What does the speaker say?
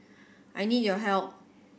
I need your help